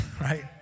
right